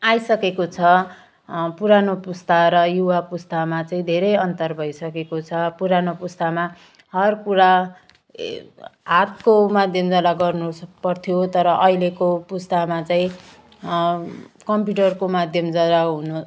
आइसकेको छ पुरानो पुस्ता र युवा पुस्तामा चाहिँ धेरै अन्तर भइसकेको छ पुरानो पुस्तामा हर कुरा ए हातको माध्यमद्वारा गर्नुपर्थ्यो तर अहिलेको पुस्तामा चाहिँ कम्प्युटरको माध्यमद्वारा हुनु